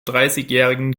dreißigjährigen